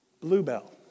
bluebell